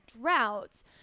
droughts